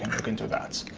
look into that.